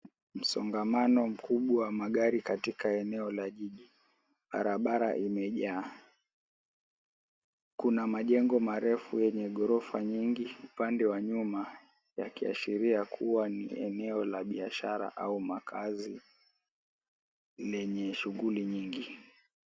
Msongamano mkubwa wa magari katika eneo la jiji, barabara imejaa, Kuna majengo marefu yenye ghorofa nyingi upande wa nyuma yakiashiria kua ni eneo la biashara au makaazi lenye shughuli nyingi.